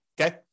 okay